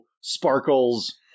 Sparkles